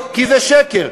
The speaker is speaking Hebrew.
כי זה שקר.